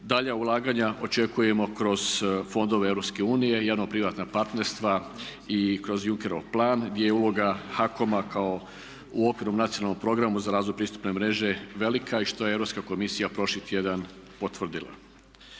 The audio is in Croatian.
Dalja ulaganja očekujemo kroz fondove EU, javno-privatna partnerstva i kroz Junckerov plan gdje je uloga HAKOM-a kao u okvirnom nacionalnom programu za razvoj pristupne mreže velika i što je Europska komisija prošli tjedan potvrdila.